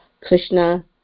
Krishna